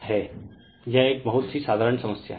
यह एक बहुत ही साधारण समस्या है